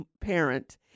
parent